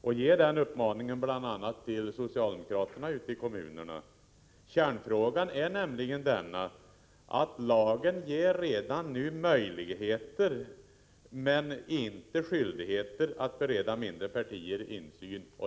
och ge en uppmaning om detta bl.a. till socialdemokraterna ute i kommunerna? Kärnfrågan är nämligen att lagen redan nu ger möjligheter men inte skyldigheter att bereda mindre partier insyn.